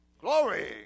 Glory